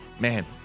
Man